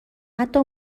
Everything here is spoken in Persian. حتی